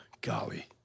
golly